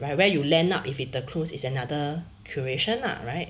right where you land up if with the clues is another curation lah right